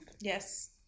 yes